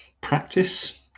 practice